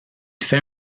fait